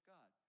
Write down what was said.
God